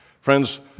Friends